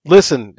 Listen